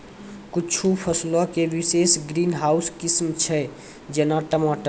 कुछु फसलो के विशेष ग्रीन हाउस किस्म छै, जेना टमाटर